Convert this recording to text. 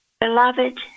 Beloved